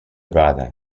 brother